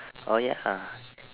oh ya